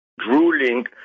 drooling